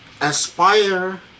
aspire